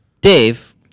Dave